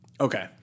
Okay